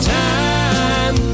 time